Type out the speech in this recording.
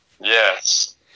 Yes